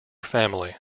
family